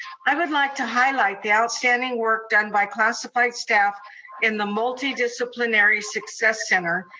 i would like to highlight the outstanding work done by classified staff in the multi-disciplinary success center,